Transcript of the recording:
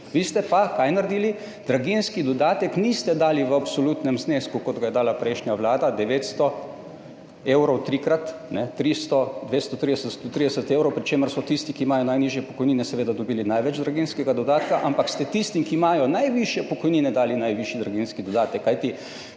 Vi ste pa naredili kaj? Draginjski dodatek niste dali v absolutnem znesku, kot ga je dala prejšnja vlada, 900 evrov trikrat, 300, 230, 130 evrov, pri čemer so tisti, ki imajo najnižje pokojnine, seveda dobili največ draginjskega dodatka, ampak ste tistim, ki imajo najvišje pokojnine, dali najvišji draginjski dodatek, kajti